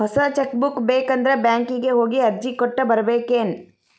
ಹೊಸ cheque book ಬೇಕಂದ್ರ ಬ್ಯಾಂಕಿಗೆ ಹೋಗಿ ಅರ್ಜಿ ಕೊಟ್ಟ ಬರ್ಬೇಕೇನ್